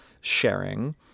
sharing